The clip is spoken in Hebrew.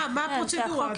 מה הפרוצדורה?